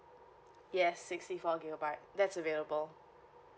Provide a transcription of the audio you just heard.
yes sixty four gigabyte that's available